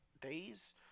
days